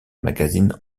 magazine